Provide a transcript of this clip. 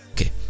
okay